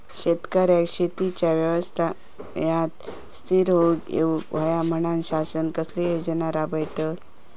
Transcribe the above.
शेतकऱ्यांका शेतीच्या व्यवसायात स्थिर होवुक येऊक होया म्हणान शासन कसले योजना राबयता?